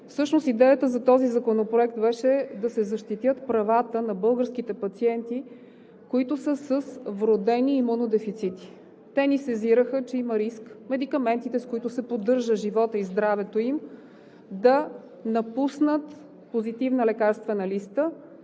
идеята за този законопроект беше да се защитят правата на българските пациенти, които са с вродени имунодефицити. Те ни сезираха, че има риск медикаментите, с които се поддържа животът и здравето им, да напуснат позитивната лекарствена листа